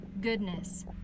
goodness